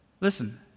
Listen